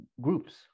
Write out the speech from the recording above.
groups